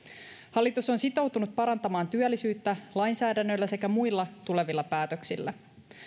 hallitus on sitoutunut parantamaan työllisyyttä lainsäädännöllä sekä muilla tulevilla päätöksillä